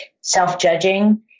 self-judging